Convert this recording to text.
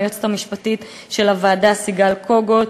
היועצת המשפטית של הוועדה סיגל קוגוט,